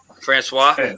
Francois